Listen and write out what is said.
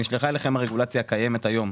נשלחה אליכם הרגולציה הקיימת היום,